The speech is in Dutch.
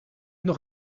nog